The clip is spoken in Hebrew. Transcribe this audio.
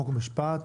חוק ומשפט,